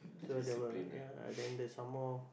so there were ya then there's some more